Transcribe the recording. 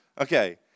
okay